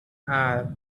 hour